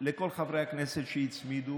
לכל חברי הכנסת שהצמידו